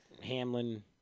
Hamlin